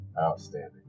Outstanding